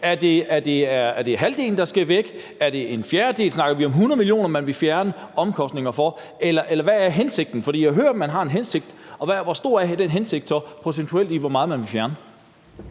Er det halvdelen, der skal væk, er det en fjerdedel, snakker vi om 100 mio. kr., man vil fjerne omkostninger for, eller hvad er hensigten? For jeg hører, at man har en hensigt, og hvor stor er den hensigt så procentuelt, i forhold til hvor meget man vil fjerne?